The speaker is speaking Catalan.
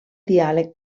diàleg